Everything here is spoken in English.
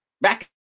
Back